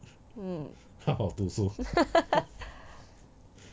mm